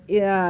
ya